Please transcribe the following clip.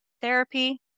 therapy